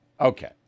Okay